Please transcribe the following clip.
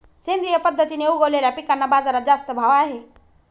सेंद्रिय पद्धतीने उगवलेल्या पिकांना बाजारात जास्त भाव आहे